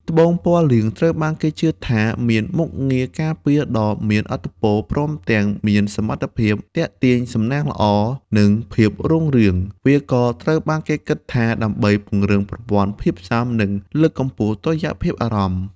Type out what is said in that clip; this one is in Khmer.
ត្បូងពណ៌លឿងត្រូវបានគេជឿថាមានមុខងារការពារដ៏មានឥទ្ធិពល ព្រមទាំងមានសមត្ថភាពទាក់ទាញសំណាងល្អ និងភាពរុងរឿង។ វាក៏ត្រូវបានគេគិតថាដើម្បីពង្រឹងប្រព័ន្ធភាពស៊ាំ និងលើកកម្ពស់តុល្យភាពអារម្មណ៍។